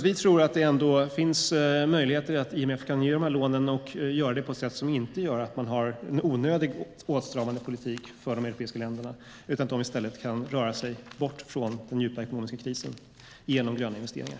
Vi tror alltså att det finns möjligheter för IMF att ge dessa lån och göra det på ett sätt som inte innebär en onödigt åtstramande politik för de europeiska länderna utan att de i stället kan röra sig bort från den djupa ekonomiska krisen genom gröna investeringar.